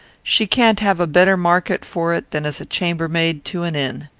she can't have a better market for it than as chambermaid to an inn.